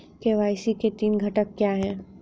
KYC के तीन घटक क्या हैं?